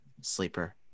sleeper